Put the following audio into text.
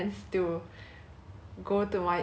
举办了一个 party